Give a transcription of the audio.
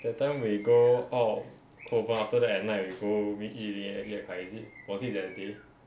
that time we go out kovan after that at night we go meet yi ling and yan kai is it was it that day